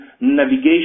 navigation